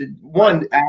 one